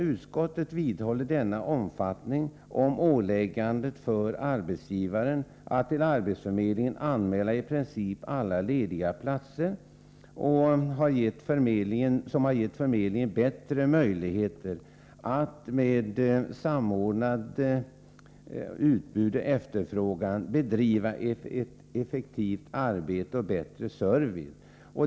Utskottet vidhåller emellertid uppfattningen att åläggandet för arbetsgivarna att till arbetsförmedlingen anmäla i princip alla lediga platser har gett förmedlingen bättre möjligheter att med samordning av utbud och efterfrågan bedriva ett effektivt arbete och ge bättre service.